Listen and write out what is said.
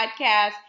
podcast